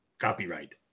copyright